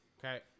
okay